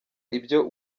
ibyo